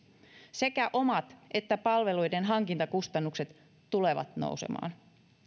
sekä omat että palveluiden hankintakustannukset tulevat nousemaan